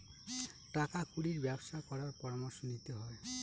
টাকা কুড়ির ব্যবসা করার পরামর্শ নিতে হয়